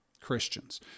Christians